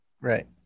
Right